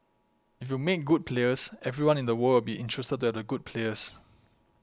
if you make good players everyone in the world will be interested the good players